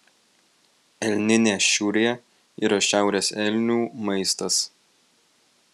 elninė šiurė yra šiaurės elnių maistas